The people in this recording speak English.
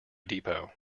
depot